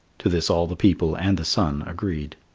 to this all the people and the sun agreed.